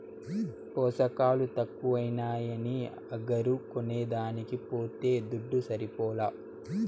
పోసకాలు తక్కువైనాయని అగరు కొనేదానికి పోతే దుడ్డు సరిపోలా